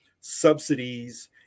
subsidies